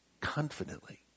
confidently